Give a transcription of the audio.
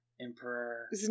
Emperor